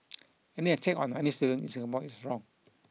any attack on any student in Singapore is wrong